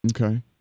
Okay